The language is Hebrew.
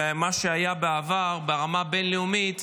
ושמה שהיה בעבר ברמה הבין-לאומית,